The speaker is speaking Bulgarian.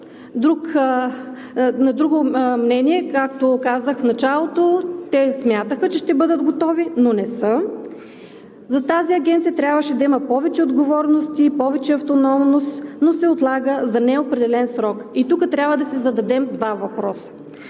на друго мнение. Както казах в началото, те смятаха, че ще бъдат готови, но не са. За тази агенция трябваше да има повече отговорности, повече автономност, но се отлага за неопределен срок. И тук трябва да си зададем два въпроса.